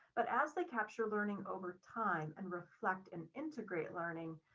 but as they capture learning over time, and reflect and integrate learning,